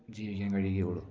ജീവിക്കാൻ കഴിയുകയുള്ളൂ